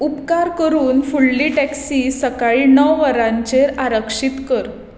उपकार करून फुडली टॅक्सी सकाळीं णव वरांचेर आरक्षीत कर